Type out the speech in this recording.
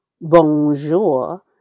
bonjour